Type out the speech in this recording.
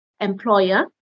employer